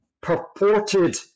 purported